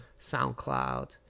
SoundCloud